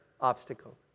obstacle